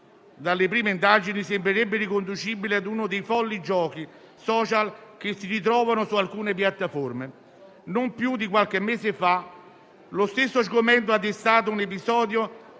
dalle prime indagini, sembrerebbe riconducibile ad uno dei folli giochi *social* che si ritrovano su alcune piattaforme. Non più di qualche mese fa lo stesso sgomento ha destato un episodio